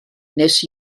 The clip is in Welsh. nes